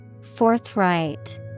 Forthright